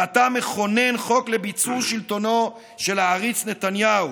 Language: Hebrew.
ואתה מכונן חוק לביצור שלטונו של העריץ נתניהו,